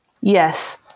Yes